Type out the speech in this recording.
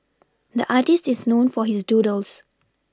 the artist is known for his doodles